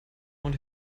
und